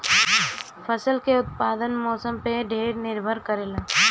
फसल के उत्पादन मौसम पे ढेर निर्भर करेला